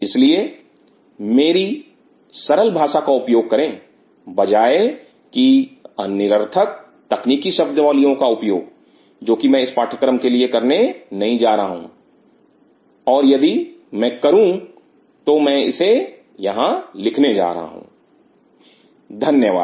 इसलिए मेरी सरल भाषा का उपयोग करें बजाय कि निरर्थक तकनीकी शब्दावलियों का उपयोग जो कि मैं इस पाठ्यक्रम के लिए नहीं करने जा रहा हूं और यदि मैं करूं तो मैं इसे यहां लिखने जा रहा हूं धन्यवाद